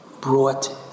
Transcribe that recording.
brought